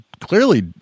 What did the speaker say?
clearly